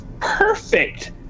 perfect